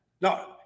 No